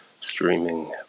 streaming